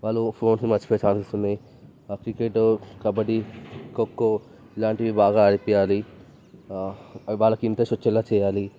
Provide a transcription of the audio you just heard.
వాళ్ళు ఫోన్స్ని మర్చిపోయే ఛాన్సెస్ ఉన్నాయి ఆ క్రికెట్ కబడ్డీ ఖోఖో ఇలాంటివి బాగా ఆడిపించాలి వాళ్ళకి ఇంటరెస్ట్ వచ్చేలాగా చేయాలి